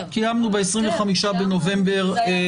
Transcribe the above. קיימנו ב-25 בנובמבר --- יותר.